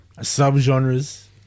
sub-genres